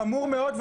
חמור מאוד.